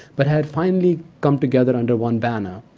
but had finally come together under one banner,